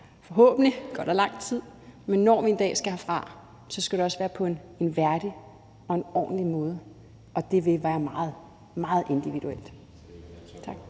forhåbentlig går der lang tid, skal det også være på en værdig og ordentlig måde, og det vil være meget, meget individuelt.